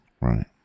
Right